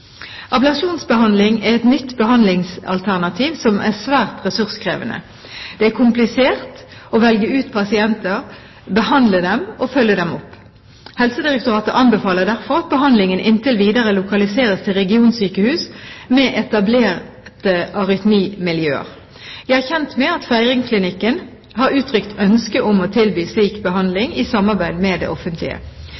Ablasjonsbehandling er et nytt behandlingsalternativ som er svært ressurskrevende. Det er komplisert å velge ut pasienter, behandle dem og følge dem opp. Helsedirektoratet anbefaler derfor at behandlingen inntil videre lokaliseres til regionsykehus, med etablerte arytmimiljøer. Jeg er kjent med at Feiringklinikken har uttrykt ønske om å tilby slik